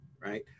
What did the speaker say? right